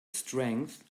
strength